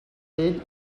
ell